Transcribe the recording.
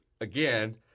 again